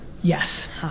Yes